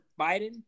Biden